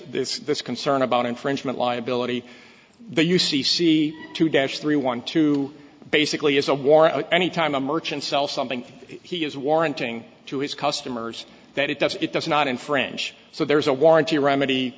this this concern about infringement liability the u c c to dash three one two basically is a war any time a merchant sell something he is warranting to his customers that it does it does not infringe so there is a warranty remedy